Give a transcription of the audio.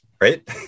Right